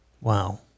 Wow